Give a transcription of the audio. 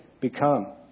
become